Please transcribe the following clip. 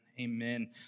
Amen